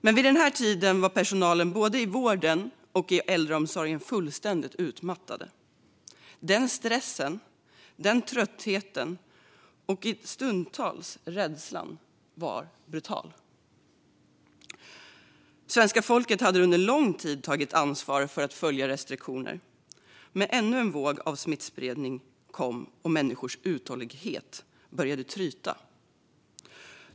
Men vid den här tiden var personalen både i vården och i äldreomsorgen fullständigt utmattad. Stressen, tröttheten och stundtals rädslan var brutal. Svenska folket hade under lång tid tagit ansvar för att följa restriktionerna, men ännu en våg av smittspridning kom och människors uthållighet började tryta.